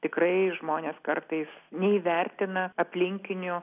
tikrai žmonės kartais neįvertina aplinkinių